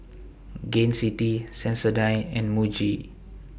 Gain City Sensodyne and Muji